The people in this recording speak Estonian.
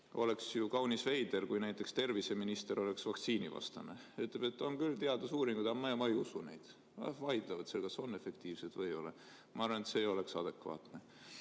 Oleks ju kaunis veider, kui näiteks terviseminister oleks vaktsiinivastane ja ütleks, et on küll teadusuuringud, aga ma ei usu neid, nad vaidlevad, kas [vaktsiinid] on efektiivsed või ei ole. Ma arvan, et see ei oleks adekvaatne.